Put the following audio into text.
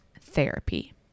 therapy